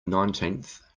nineteenth